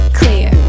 clear